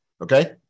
okay